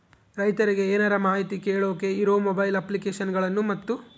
ರೈತರಿಗೆ ಏನರ ಮಾಹಿತಿ ಕೇಳೋಕೆ ಇರೋ ಮೊಬೈಲ್ ಅಪ್ಲಿಕೇಶನ್ ಗಳನ್ನು ಮತ್ತು?